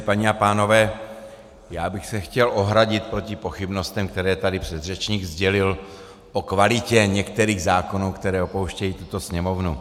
Paní a pánové, já bych se chtěl ohradit proti pochybnostem, které tady předřečník sdělil, o kvalitě některých zákonů, které opouštějí tuto Sněmovnu.